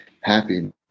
happy